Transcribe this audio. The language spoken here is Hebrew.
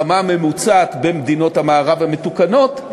רמה ממוצעת במדינות המערב המתוקנות,